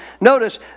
Notice